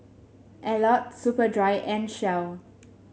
Alcott Superdry and Shell